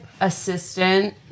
assistant